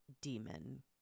demon